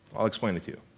i'll explain it you.